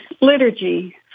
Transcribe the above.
liturgy